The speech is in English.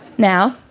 now,